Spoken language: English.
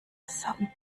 some